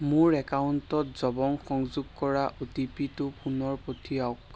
মোৰ একাউণ্টত জবং সংযোগ কৰা অ' টি পিটো পুনৰ পঠিয়াওক